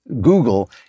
Google